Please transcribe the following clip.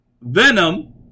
Venom